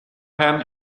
pan